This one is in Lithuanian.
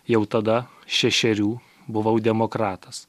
jau tada šešerių buvau demokratas